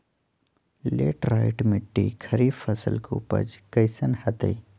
Laterite मिट्टी खरीफ फसल के उपज कईसन हतय?